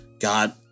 God